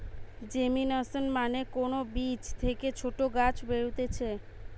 germination মানে কোন বীজ থেকে ছোট গাছ বেরুতিছে